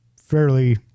Fairly